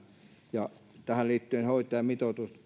ja tähän liittyen hoitajamitoituksesta